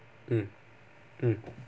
mm mm